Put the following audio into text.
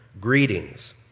Greetings